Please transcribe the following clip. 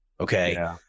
okay